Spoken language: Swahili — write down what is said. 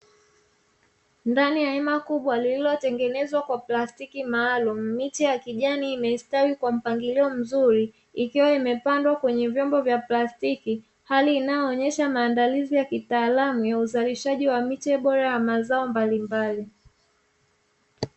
Ndani ya hema kubwa lililotengenezwa kwa plastiki maalumu, miti ya kijani imestawi kwa mpangilio mzuri, ikiwa imepandwa kwenye vyombo vya plastiki, hali inayoonyesha maandalizi ya kitaalamu ya uzalishaji wa miche bora ya mazao mbalimbali.